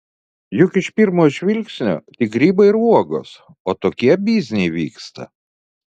juk iš pirmo žvilgsnio tik grybai ir uogos o tokie bizniai vyksta